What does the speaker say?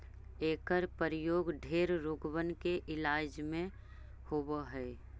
एकर प्रयोग ढेर रोगबन के इलाज में होब हई